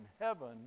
heaven